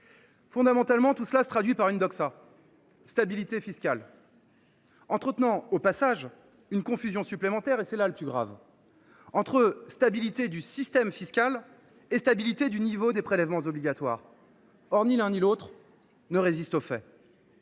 Fondamentalement, tout cela se traduit par une :« stabilité fiscale », ce qui, au passage, entretient une confusion supplémentaire – et c’est là le plus grave – entre stabilité du système fiscal et stabilité du niveau des prélèvements obligatoires. Or ni l’un ni l’autre ne résiste aux faits.